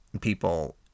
people